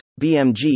BMG